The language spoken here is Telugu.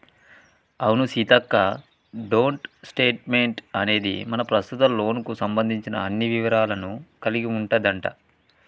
అవును సీతక్క డోంట్ స్టేట్మెంట్ అనేది మన ప్రస్తుత లోన్ కు సంబంధించిన అన్ని వివరాలను కలిగి ఉంటదంట